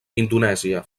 indonèsia